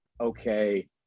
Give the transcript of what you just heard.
okay